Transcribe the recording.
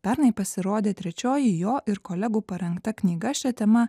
pernai pasirodė trečioji jo ir kolegų parengta knyga šia tema